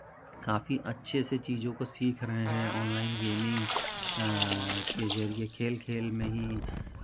काफी अच्छे से चीज़ों को सीख रहे हैं ऑनलाइन गेमिंग के ज़रिए खेल खेल में ही